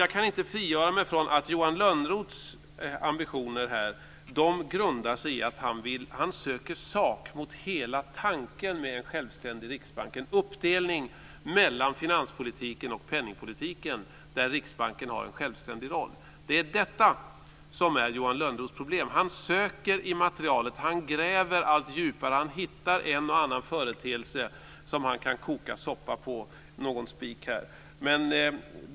Jag kan inte frigöra mig från att Johan Lönnroths ambitioner här grundar sig i att han söker sak mot hela tanken med en självständig riksbank, en uppdelning av finanspolitiken och penningpolitiken där Riksbanken har en självständig roll. Det är detta som är Johan Lönnroths problem. Han söker i materialet, och han gräver allt djupare. Han hittar en och annan företeelse, någon spik, som han kan koka soppa på.